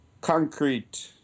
Concrete